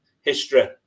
history